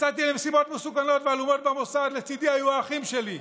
יצאתי למשימות מסוכנות ועלומות במוסד ולצידי היו האחים שלי.